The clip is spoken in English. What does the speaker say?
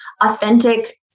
authentic